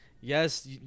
yes